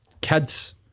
kids